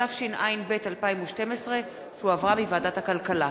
התשע"ב 2012, שהחזירה ועדת הכלכלה.